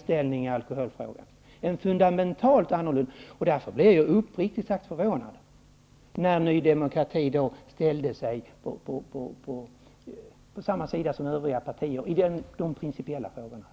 -- i alkoholfrågor. Därför blev jag uppriktigt sagt förvånad när Ny demokrati ställde sig på samma sida som övriga partier i de principiella frågorna.